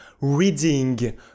reading